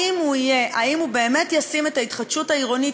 האם הוא באמת ישים את ההתחדשות העירונית,